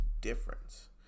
difference